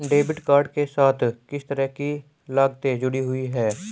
Debit card के साथ किस तरह की लागतें जुड़ी हुई हैं?